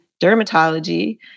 dermatology